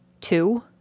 two